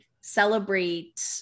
celebrate